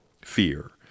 fear